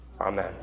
Amen